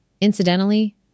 Incidentally